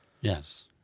Yes